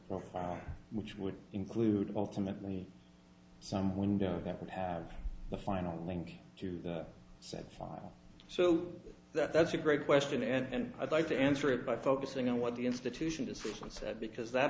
profile which would include alternately some window that would have the final link to the set file so that's a great question and i'd like to answer it by focusing on what the institution discipline said because that